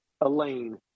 Elaine